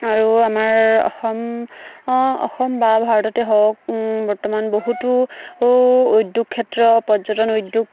আৰু আমাৰ অসম অসম বা ভাৰততে হওক বৰ্তমান বহুতো উদ্যোগ ক্ষেত্ৰ পৰ্যটন উদ্যোগ